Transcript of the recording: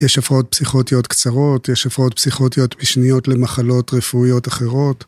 יש הפרעות פסיכוטיות קצרות, יש הפרעות פסיכוטיות משניות למחלות רפואיות אחרות.